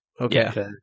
Okay